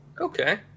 Okay